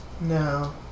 No